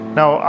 now